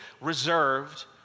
reserved